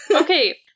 Okay